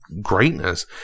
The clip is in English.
greatness